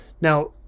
now